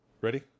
Ready